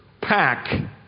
pack